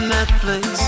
Netflix